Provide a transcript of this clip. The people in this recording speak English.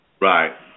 Right